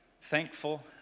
thankful